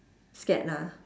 scared ah